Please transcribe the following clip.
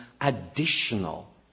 additional